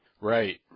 Right